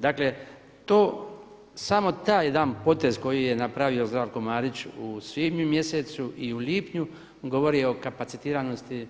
Dakle to, samo taj jedan potez koji je napravio Zdravko Marić u svibnju mjesecu i u lipnju govori o kapacitiranosti